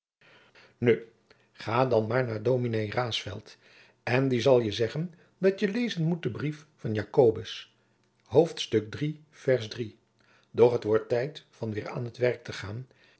nu ga dan maar naar ds raesfelt en die zal je zeggen dat je lezen moet den brief van doch het wordt tijd van weêr aan t werk te gaan